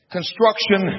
Construction